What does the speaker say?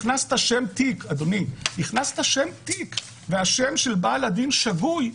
הכנסת שם תיק, והשם של בעל הדין שגוי,